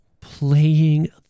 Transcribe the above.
playing